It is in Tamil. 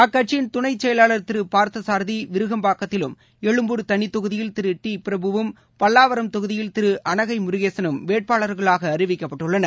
அக்கட்சியின் துணைசெயவாளர் திருபார்த்தசாரதி விருகம்பாக்கத்திலும் எழும்பூர் தனித் தொகுதியில் திரு டி பிரபுவும் பல்லாவரம் தொகுதியில் திருஅனகைமுருகேசனும் வேட்பாளர்களாகஅறிவிக்கப்பட்டுள்ளனர்